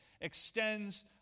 extends